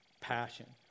passion